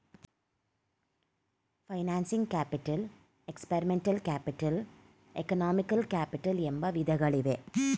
financing capital, experimental capital, economical capital ಎಂಬ ವಿಧಗಳಿವೆ